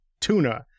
tuna